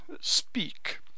speak